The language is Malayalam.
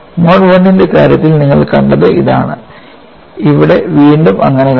മോഡ് I ന്റെ കാര്യത്തിലും നിങ്ങൾ കണ്ടത് ഇതാണ് ഇവിടെ വീണ്ടും അങ്ങനെതന്നെ